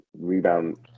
rebound